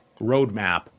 roadmap